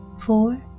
four